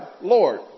Lord